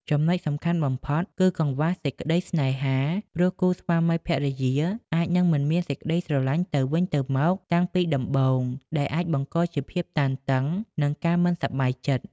ចំណុចសំខាន់បំផុត គឺ កង្វះសេចក្តីស្នេហា ព្រោះគូស្វាមីភរិយាអាចនឹងមិនមានសេចក្តីស្រលាញ់ទៅវិញទៅមកតាំងពីដំបូង ដែលអាចបង្កជាភាពតានតឹង និងការមិនសប្បាយចិត្ត។